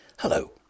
Hello